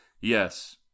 Yes